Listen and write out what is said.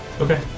Okay